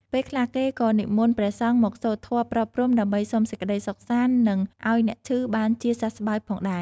ពេលខ្លះ គេក៏និមន្តព្រះសង្ឃមកសូត្រធម៌ប្រោសព្រំ ដើម្បីសុំសេចក្ដីសុខសាន្ត និងឱ្យអ្នកឈឺបានជាសះស្បើយផងដែរ។